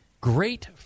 Great